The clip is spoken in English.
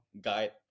guide